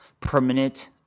permanent